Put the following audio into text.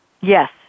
Yes